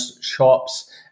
shops